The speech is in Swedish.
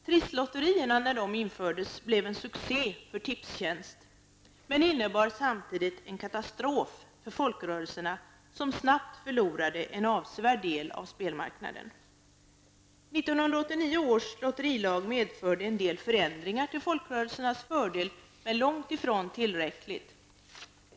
Trisslotterierna blev en succé för Tipstjänst men innebar samtidigt en katastrof för folkrörelserna, som snabbt förlorade en avsevärd del av spelmarknaden. 1989 års lotterilag medförde en del förändringar till folkrörelsernas fördel men långt ifrån tillräckligt.